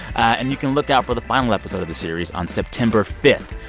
and you can look out for the final episode of the series on september five.